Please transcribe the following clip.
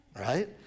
right